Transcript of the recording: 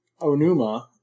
Onuma